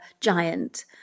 giant